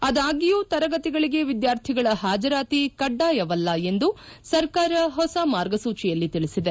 ಆದಾಗ್ಗೂ ತರಗತಿಗಳಿಗೆ ವಿದ್ಯಾರ್ಥಿಗಳ ಹಾಜರಾತಿ ಕಡ್ಡಾಯವಲ್ಲ ಎಂದು ಸರ್ಕಾರ ಹೊಸ ಮಾರ್ಗಸೂಚಿಯಲ್ಲಿ ತಿಳಿಸಿದೆ